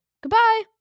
goodbye